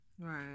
Right